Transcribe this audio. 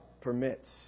permits